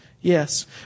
Yes